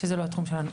שזה לא התחום שלנו.